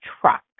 truck